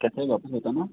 कितने वापस बताना